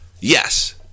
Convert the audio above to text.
Yes